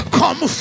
come